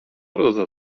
arada